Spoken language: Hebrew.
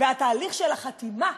והתהליך של החתימה